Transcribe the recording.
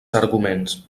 arguments